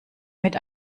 mit